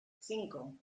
cinco